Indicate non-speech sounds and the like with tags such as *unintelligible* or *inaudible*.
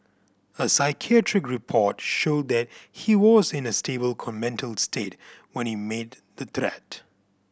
a psychiatric report showed that he was in a stable *unintelligible* mental state when he made the threat